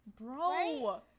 Bro